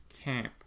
camp